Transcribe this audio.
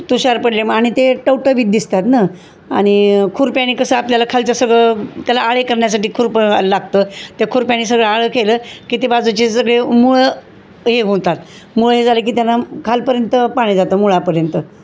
तुषार पडले मग आणि ते टवटवीत दिसतात न आणि खुरप्याणी कसं आपल्याला खालचं सगळं त्याला आळे करण्या्साठी खूरप लागतं त्या खुरप्याने सगळं आळ केलं की ते बाजूचे सगळे मुळं हे होतात मुळं हे झालं की त्यांना खालपर्यंत पाणी जातं मुळापर्यंत